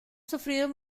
sufrido